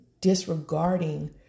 disregarding